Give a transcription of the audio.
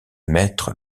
maîtres